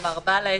כלומר בעל העסק,